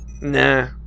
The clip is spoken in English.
Nah